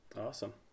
Awesome